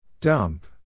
Dump